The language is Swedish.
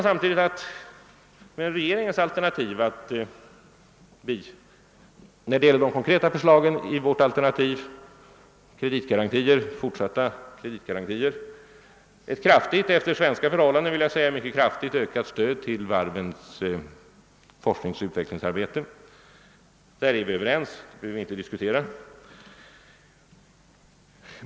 Vad säger man då om de konkreta förslagen i regeringens alternativ? Beträffande fortsatta kreditgarantier och ett efter svenska förhållanden mycket kraftigt ökat stöd till varvens forskningsoch utvecklingsarbete är vi överens, så därom behöver vi inte diskutera.